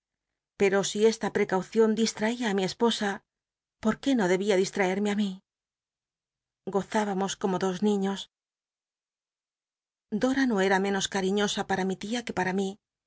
pero si esta preca ucion distraía ü mi te j esposa por qué no dcbia disli'ici'mc i mí gozübamos como dos niiíos dora no era menos c ll'iiíosa pam mi tia que pam mi